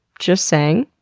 just saying.